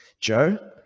Joe